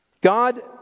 God